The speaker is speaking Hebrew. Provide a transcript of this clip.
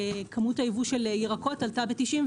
כמות הייבוא של ירקות עלתה ב-94%.